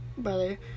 Brother